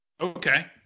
Okay